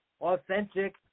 authentic